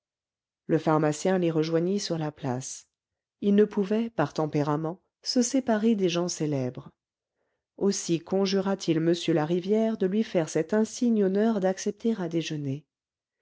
le pharmacien les rejoignit sur la place il ne pouvait par tempérament se séparer des gens célèbres aussi conjura t il m larivière de lui faire cet insigne honneur d'accepter à déjeuner